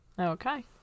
okay